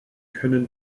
können